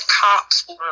cops